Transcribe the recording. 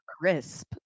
crisp